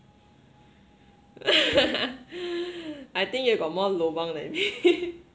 I think you got more lobang than me